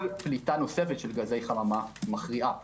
כל פליטה נוספת של גזי חממה מכריעה פה.